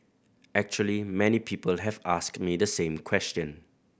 actually many people have asked me the same question